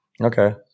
Okay